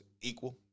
equal